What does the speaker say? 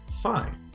fine